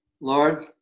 Lord